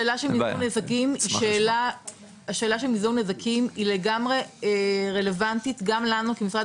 מזעור נזקים היא שאלה לגמרי רלוונטית גם לנו כמשרד